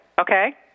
Okay